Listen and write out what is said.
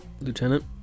Lieutenant